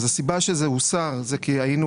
הסיבה שזה הוסר היא כי היינו